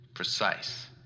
Precise